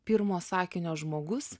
pirmo sakinio žmogus